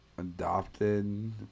Adopted